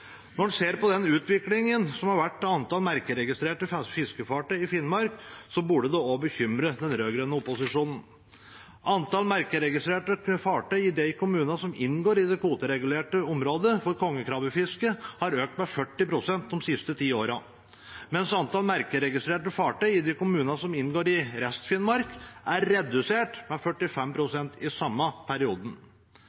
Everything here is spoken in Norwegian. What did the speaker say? Finnmark, burde det også bekymre den rød-grønne opposisjonen. Antall merkeregistrerte fartøy i de kommunene som inngår i det kvoteregulerte området for kongekrabbefiske, har økt med 40 pst. de siste ti årene, mens antall merkeregistrerte fartøy i de kommunene som inngår i Rest-Finnmark, er redusert med 45